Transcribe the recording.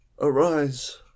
arise